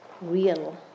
real